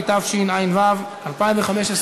התשע"ו 2015,